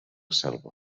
selva